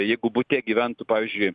jeigu bute gyventų pavyzdžiui